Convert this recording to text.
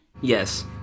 Yes